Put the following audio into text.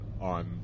on